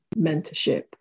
mentorship